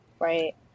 Right